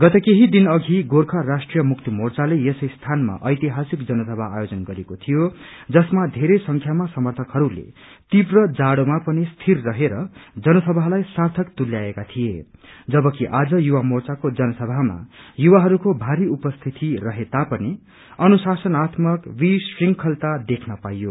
गत केही दिन अषि गोर्खा राष्ट्रिय मुक्ति मेर्चाले यसै स्थानमा उेतिहासिक जनसभा आयोजन गरेको थियो जसमा धेरै संख्यामा समर्थकहरू तीव्र जाड़ोमा पनि स्थिर रहेर जनसभालाई सार्थक तुल्याएका थिए जबकि आज युवा मोर्चाको जनसभामा युवाहरूको भारी उपस्थिति रहे तापनि अनुशासनात्मक विश्रुखंलता देख्न पाइयो